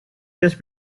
just